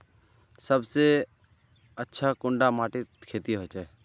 सबसे अच्छा कुंडा माटित खेती होचे?